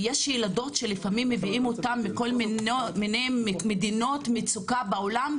ויש ילדות שלפעמים מביאים אותן מכל מיני מדינות מצוקה בעולם,